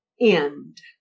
end